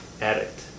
addict